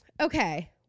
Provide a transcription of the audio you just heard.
Okay